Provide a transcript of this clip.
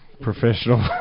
professional